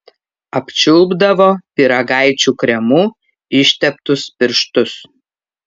apčiulpdavo pyragaičių kremu išteptus pirštus